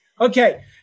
Okay